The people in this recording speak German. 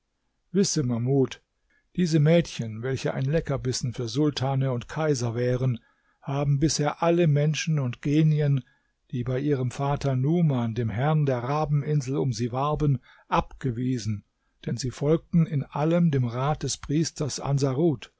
wisse mahmud diese mädchen welche ein leckerbissen für sultane und kaiser wären haben bisher alle menschen und genien die bei ihrem vater numan dem herrn der rabeninsel um sie warben abgewiesen denn sie folgen in allem dem rat des priesters ansarut